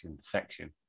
section